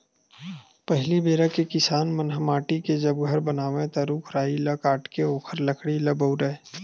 पहिली बेरा के किसान मन ह माटी के जब घर बनावय ता रूख राई ल काटके ओखर लकड़ी ल बउरय